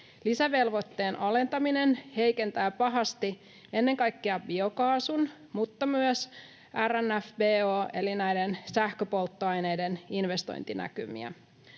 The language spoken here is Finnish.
Lisävelvoitteen alentaminen heikentää pahasti ennen kaikkea biokaasun mutta myös RNFBO‑ eli sähköpolttoaineiden investointinäkymiä.